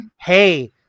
Hey